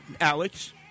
Alex